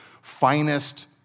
finest